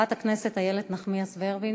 חברת הכנסת איילת נחמיאס ורבין.